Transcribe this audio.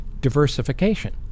diversification